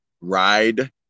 ride